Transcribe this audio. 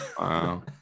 Wow